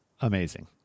amazing